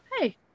Hey